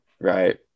Right